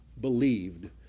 believed